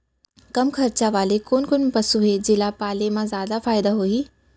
कम खरचा वाले कोन कोन पसु हे जेला पाले म जादा फायदा होही?